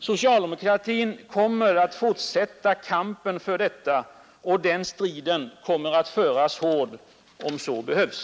Socialdemokratin kommer att fortsätta kampen för detta, och den striden kommer att föras hårt — om så behövs.